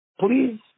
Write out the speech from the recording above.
please